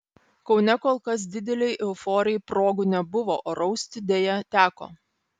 kaune kol kas didelei euforijai progų nebuvo o rausti deja teko